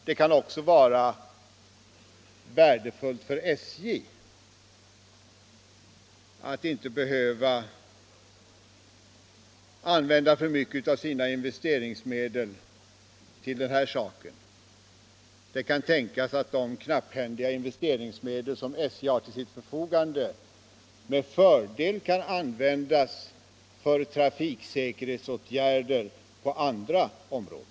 Det kan också vara värdefullt för SJ att inte behöva använda för mycket av sina investeringsmedel till den här saken. Det kan tänkas att de knapphändiga investeringsmedel som SJ har till sitt förfogande med fördel kan användas för trafiksäkerhetsåtgärder på andra områden.